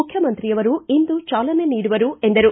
ಮುಖ್ಯಮಂತ್ರಿಯವರು ಇಂದು ಚಾಲನೆ ನೀಡುವರು ಎಂದರು